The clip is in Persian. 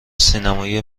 سینمای